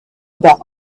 about